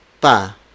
pa